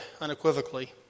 unequivocally